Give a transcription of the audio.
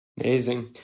Amazing